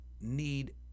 need